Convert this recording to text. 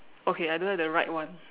okay I don't have the right one